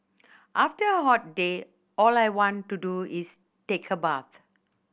after a hot day all I want to do is take a bath